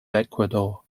ecuador